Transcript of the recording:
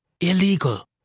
illegal